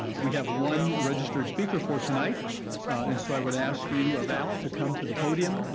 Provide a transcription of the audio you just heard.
we have one registered speaker for tonight and so i would ask you, val, to come to the podium.